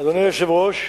אדוני היושב-ראש,